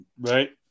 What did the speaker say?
right